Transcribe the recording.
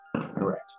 Correct